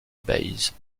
baïse